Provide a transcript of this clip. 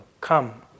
come